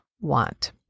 want